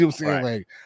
Right